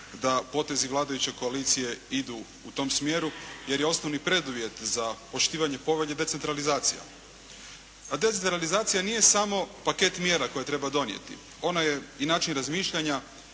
da potezi vladajuće koalicije idu u tom smjeru, jer je osnovi preduvjet za poštivanje povelje decentralizacija. A decentralizacija nije samo paket mjera koje treba donijeti. Ono je i način razmišljanja